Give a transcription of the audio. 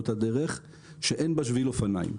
באותה דרך שאין בה שביל אופניים.